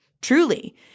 truly